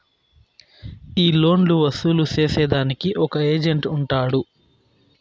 ఈ లోన్లు వసూలు సేసేదానికి ఒక ఏజెంట్ ఉంటాడు